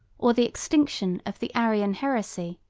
or the extinction of the arian heresy,